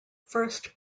first